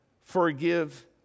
forgive